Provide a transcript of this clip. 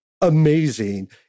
amazing